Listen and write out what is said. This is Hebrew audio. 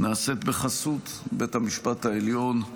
שנעשית בחסות בית המשפט העליון.